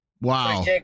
Wow